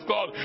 God